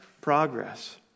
progress